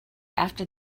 after